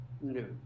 No